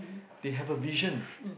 they have a vision